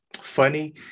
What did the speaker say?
funny